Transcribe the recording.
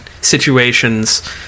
situations